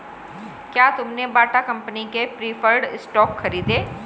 क्या तुमने Bata company के प्रिफर्ड स्टॉक खरीदे?